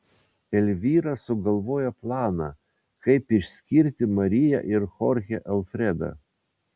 elvyra sugalvoja planą kaip išskirti mariją ir chorchę alfredą